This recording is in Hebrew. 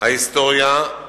ההיסטוריה,